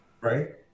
right